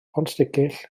pontsticill